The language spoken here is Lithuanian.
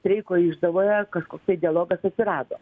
streiko išdavoje kažkoks tai dialogas atsirado